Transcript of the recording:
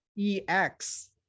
ex